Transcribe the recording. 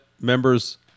members